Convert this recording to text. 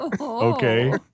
Okay